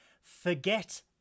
forget